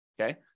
Okay